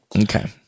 Okay